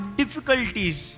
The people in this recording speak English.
difficulties